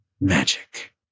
magic